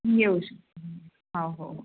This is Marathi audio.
येऊ शकू हो हो